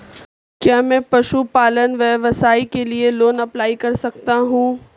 क्या मैं पशुपालन व्यवसाय के लिए लोंन अप्लाई कर सकता हूं?